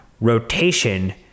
rotation